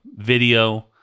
video